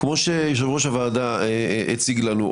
כמו שיושב-ראש הוועדה הציג לנו,